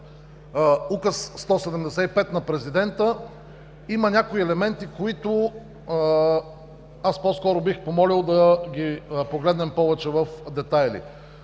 Указ № 175 на президента има някои елементи, които по-скоро бих помолил да ги погледнем повече в детайли.